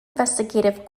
investigative